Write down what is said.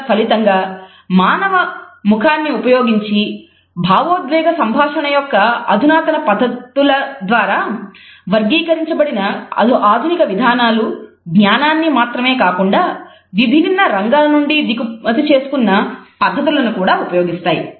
తత్ఫలితంగా మానవ ముఖాన్ని ఉపయోగించి భావోద్వేగ సంభాషణ యొక్క అధునాతన పద్ధతుల ద్వారా వర్గీకరించబడిన ఆధునిక విధానాలు జ్ఞానాన్ని మాత్రమే కాకుండా విభిన్న రంగాల నుండి దిగుమతి చేసుకున్న పద్ధతులను కూడా ఉపయోగిస్తాయి